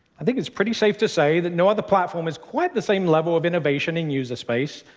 i think it's pretty safe to say that no other platform has quite the same level of innovation in user space,